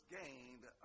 gained